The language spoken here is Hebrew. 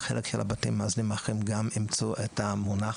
חלק מהבתים המאזנים האחרים גם אימצו את המונח